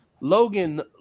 Logan